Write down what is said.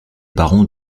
barons